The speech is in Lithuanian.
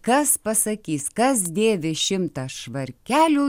kas pasakys kas dėvi šimtą švarkelių